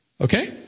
Okay